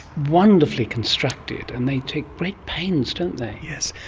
wonderfully constructed, and they take great pains, don't they. yes,